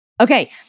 okay